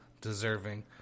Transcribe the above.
deserving